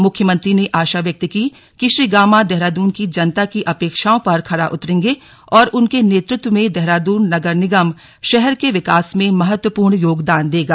मुख्यमंत्री ने आशा व्यक्त की कि श्री गामा देहरादून की जनता की अपेक्षाओं पर खरा उतरेंगे और उनके र्नतृत्व में देहरादून नगर निगम शहर के विकास में महत्वपूर्ण योगदान देगा